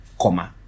comma